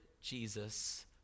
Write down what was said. Jesus